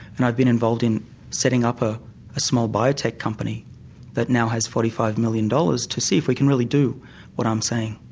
and i've been involved in setting up a small biotech company that now has forty five million dollars to see if we can really do what i'm saying.